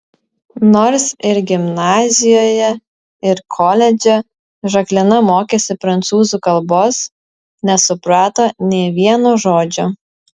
nors ir gimnazijoje ir koledže žaklina mokėsi prancūzų kalbos nesuprato nė vieno žodžio